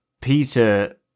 peter